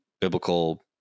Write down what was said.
biblical